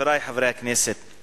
חברי חברי הכנסת,